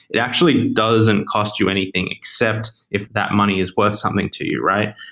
it actually doesn't cost you anything, except if that money is worth something to you, right?